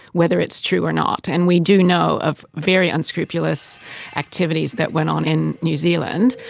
whether it's true or not. and we do know of very unscrupulous activities that went on in new zealand,